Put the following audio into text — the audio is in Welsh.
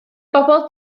bobl